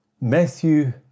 Matthew